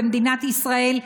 במדינת ישראל,